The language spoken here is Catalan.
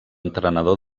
entrenador